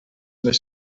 més